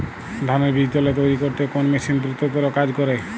ধানের বীজতলা তৈরি করতে কোন মেশিন দ্রুততর কাজ করে?